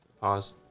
Pause